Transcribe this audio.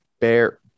Bear